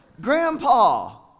Grandpa